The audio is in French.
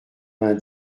vingt